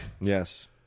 Yes